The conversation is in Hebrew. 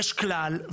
יש כלל,